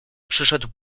przyszedł